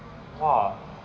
!wah!